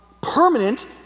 permanent